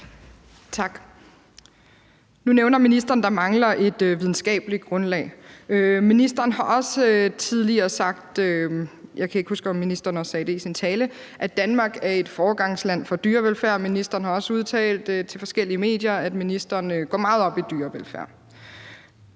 Tak. Nu nævner ministeren, at der mangler et videnskabeligt grundlag. Ministeren har også tidligere sagt, og jeg kan ikke huske, om ministeren også sagde det i sin tale, at Danmark er et foregangsland for dyrevelfærd. Ministeren har også udtalt til forskellige medier, at ministeren går meget op i dyrevelfærd.